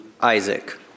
Isaac